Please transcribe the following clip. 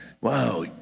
wow